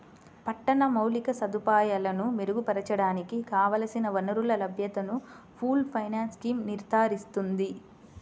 పట్టణ మౌలిక సదుపాయాలను మెరుగుపరచడానికి కావలసిన వనరుల లభ్యతను పూల్డ్ ఫైనాన్స్ స్కీమ్ నిర్ధారిస్తుంది